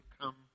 come